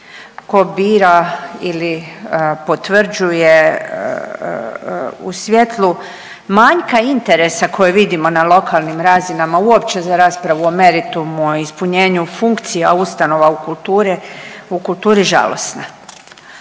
tko bira ili potvrđuje u svjetlu manjka interesa koje vidimo na lokalnim razinama uopće za raspravu o meritumu, o ispunjenju funkcija ustanova u kulture, u kulturi žalosna.